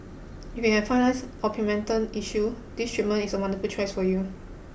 if you have fine lines or pigment tent issue this treatment is a wonderful choice for you